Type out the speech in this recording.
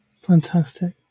Fantastic